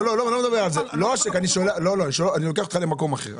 לא, אני לוקח אותך למקום אחר.